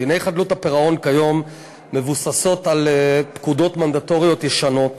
דיני חדלות הפירעון כיום מבוססים על פקודות מנדטוריות ישנות,